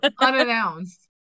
unannounced